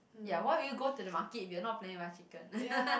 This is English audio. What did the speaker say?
ya why would you go to the market if you're not planning to buy chicken